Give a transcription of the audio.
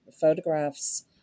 photographs